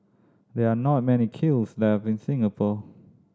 there are not many kilns left in Singapore